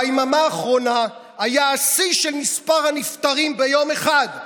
ביממה האחרונה היה שיא של מספר נפטרים ביום אחד: